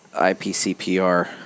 IPCPR